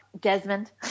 Desmond